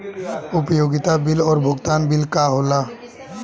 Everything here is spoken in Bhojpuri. उपयोगिता बिल और भुगतान बिल का होला?